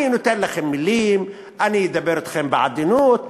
אני נותן לכם מילים, אני אדבר אתכם בעדינות.